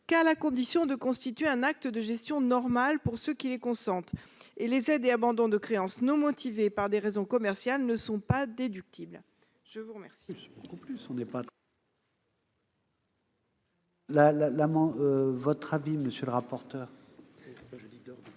qu'à la condition de constituer un acte de gestion normale pour ceux qui les consentent. Les aides et abandons de créances non motivés par des raisons commerciales ne sont pas déductibles. Quel